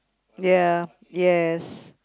ya yes